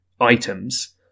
items